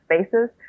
spaces